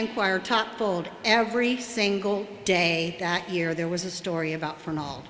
enquirer toppled every single day that year there was a story about f